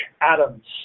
Adams